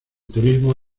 turismo